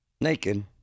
naked